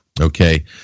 Okay